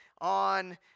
on